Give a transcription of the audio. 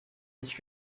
nicht